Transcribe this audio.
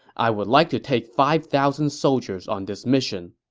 i would like to take five thousand soldiers on this mission.